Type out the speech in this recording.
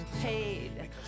paid